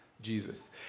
Jesus